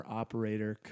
operator